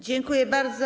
Dziękuję bardzo.